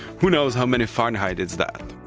who knows how many fahrenheit is that.